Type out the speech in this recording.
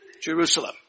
Jerusalem